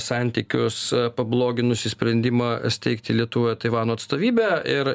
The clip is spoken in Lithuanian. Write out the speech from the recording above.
santykius pabloginusį sprendimą steigti lietuvoje taivano atstovybę ir